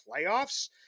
playoffs